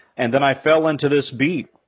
and then i fell into this beat.